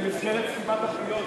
במסגרת סתימת הפיות,